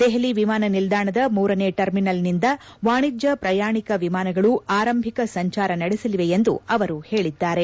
ದೆಹಲಿ ವಿಮಾನ ನಿಲ್ಲಾಣದ ಮೂರನೇ ಟರ್ಮಿನಲ್ನಿಂದ ವಾಣಿಜ್ಞ ಪ್ರಯಾಣಿಕ ವಿಮಾನಗಳು ಆರಂಭಿಕ ಸಂಚಾರ ನಡೆಸಲಿವೆ ಎಂದು ಅವರು ಹೇಳಿದ್ದಾರೆ